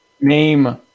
name